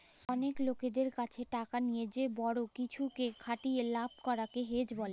অলেক লকদের ক্যাছে টাকা লিয়ে যে বড় কিছুতে খাটিয়ে লাভ করাক কে হেজ ব্যলে